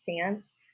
stance